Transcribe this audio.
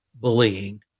bullying